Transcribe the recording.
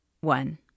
One